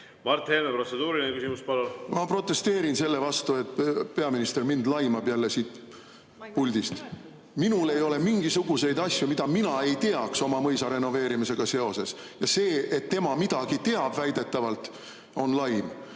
Ma protesteerin selle vastu, et peaminister jälle laimab mind siit puldist. Minul ei ole mingisuguseid asju, mida mina ei teaks oma mõisa renoveerimisega seoses. Ja see, et tema midagi väidetavalt teab, on laim.